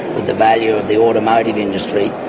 with the value of the automotive industry.